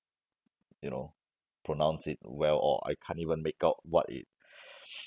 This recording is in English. you know pronounce it well or I can't even make out what it